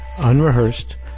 unrehearsed